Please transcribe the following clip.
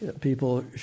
people